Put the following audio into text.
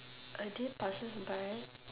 a day passes by